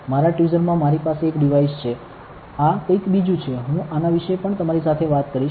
મારા ટ્વિઝરમાં મારી પાસે એક ડિવાઇસ છે આ કંઈક બીજું છે હું આના વિશે પણ તમારી સાથે વાત કરીશ